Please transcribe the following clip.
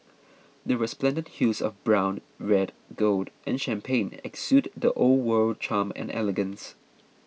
the resplendent hues of brown red gold and champagne exude the old world charm and elegance